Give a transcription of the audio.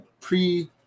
pre